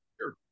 Sure